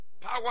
Power